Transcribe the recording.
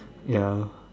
ya